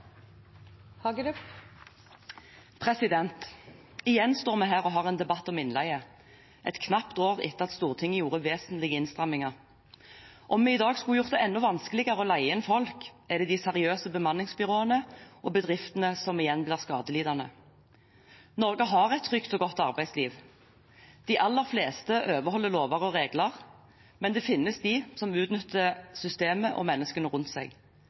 Igjen står vi her og har en debatt om innleie, et knapt år etter at Stortinget gjorde vesentlige innstramminger. Om vi i dag skulle gjort det enda vanskeligere å leie inn folk, var det de seriøse bemanningsbyråene og bedriftene som igjen ble skadelidende. Norge har et trygt og godt arbeidsliv. De aller fleste overholder lover og regler. Men det finnes dem som utnytter systemet og menneskene rundt seg.